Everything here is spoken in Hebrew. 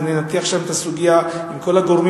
וננתח שם את הסוגיה עם כל הגורמים